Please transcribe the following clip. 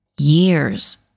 Years